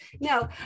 No